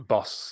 Boss